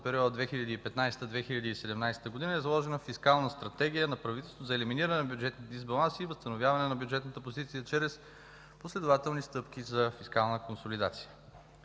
период 2015 – 2017 г. е заложена фискална стратегия на правителството за елиминиране на бюджетните дисбаланси и възстановяване на бюджетната позиция чрез последователни стъпки за фискална консолидация.